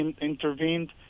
intervened